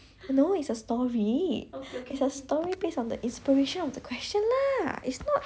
no it's a story story based on the inspiration of the question lah it's not